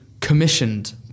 commissioned